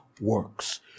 works